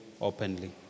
openly